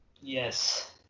Yes